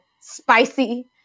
spicy